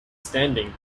standing